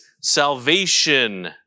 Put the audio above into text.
salvation